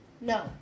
No